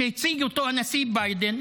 שהציג אותו הנשיא ביידן,